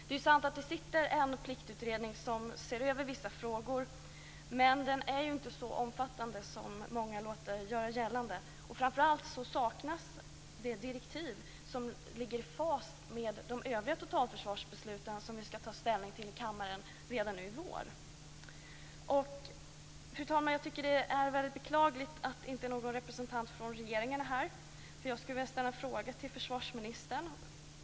Det är sant att det sitter en pliktutredning som ser över vissa frågor, men den är inte så omfattande som många låter göra gällande. Framför allt saknas det direktiv som ligger i fas med de övriga totalförsvarsbeslut som vi skall ta ställning till i kammaren redan nu i vår. Fru talman! Jag tycker att det är mycket beklagligt att inte någon representant från regeringen är här. Jag skulle vilja ställa en fråga till försvarsministern.